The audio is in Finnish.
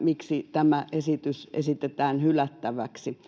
miksi tämä esitys esitetään hylättäväksi.